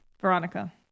Veronica